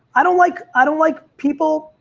i don't like, i don't like people.